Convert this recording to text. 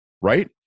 right